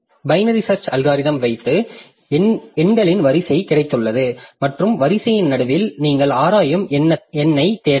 binary search algorithm வைத்து எண்களின் வரிசை கிடைத்துள்ளது மற்றும் வரிசையின் நடுவில் நீங்கள் ஆராயும் எண்ணைத் தேட வேண்டும்